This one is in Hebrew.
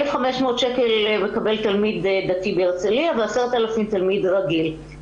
1,500 שקל שמקבל תלמיד דתי בהרצליה ו-10,000 תלמיד רגיל.